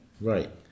Right